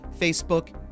Facebook